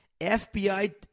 FBI